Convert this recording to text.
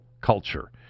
culture